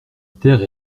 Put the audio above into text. terre